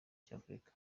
cy’afurika